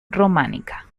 románica